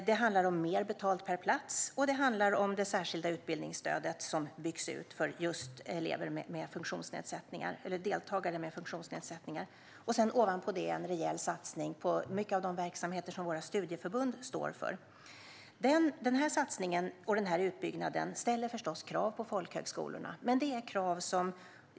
Det handlar om mer betalt per plats, och det handlar om det särskilda utbildningsstödet, som byggs ut just för deltagare med funktionsnedsättningar. Ovanpå det gör vi en rejäl satsning på mycket av de verksamheter som våra studieförbund står för. Denna satsning och denna utbyggnad ställer förstås krav på folkhögskolorna.